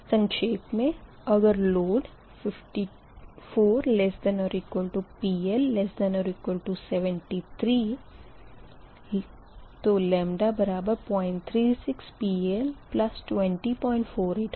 संक्षेप मे अगर लोड 54≤PL≤73 λ036PL2048 होगा